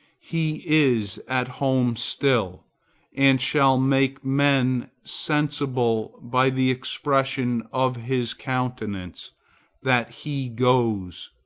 he is at home still and shall make men sensible by the expression of his countenance that he goes,